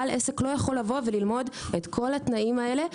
ובעל עסק לא יכול לבוא וללמוד את כל התנאים האלה.